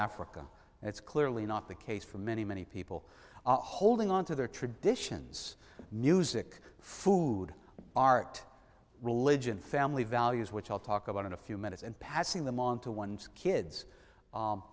africa and it's clearly not the case for many many people holding on to their traditions music food art religion family values which i'll talk about in a few minutes and passing them on to one's kids